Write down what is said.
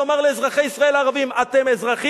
יש לנו הזדמנות לומר לאזרחי ישראל הערבים: אתם אזרחים?